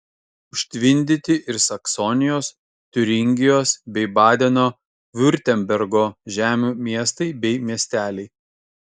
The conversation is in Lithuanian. užtvindyti ir saksonijos tiuringijos bei badeno viurtembergo žemių miestai bei miesteliai